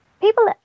People